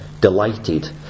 delighted